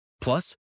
Plus